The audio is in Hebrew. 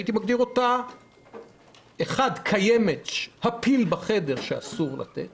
שהייתי מגדיר אותה כקיימת הפיל בחדר, שאסור לתת